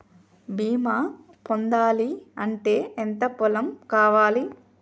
బీమా పొందాలి అంటే ఎంత పొలం కావాలి?